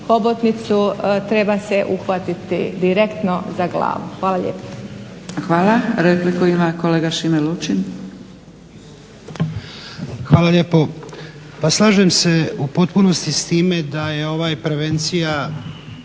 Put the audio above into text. hobotnicu treba se uhvatiti direktno za glavu. Hvala lijepo.